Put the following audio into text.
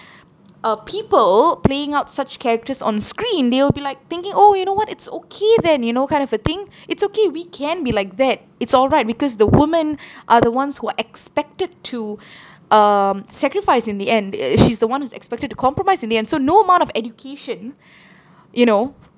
uh people playing out such characters on screen they will be like thinking oh you know what it's okay then you know kind of a thing it's okay we can be like that it's all right because the women are the ones who are expected to um sacrifice in the end uh she's the one who's expected to compromise in the end so no amount of education you know